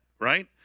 right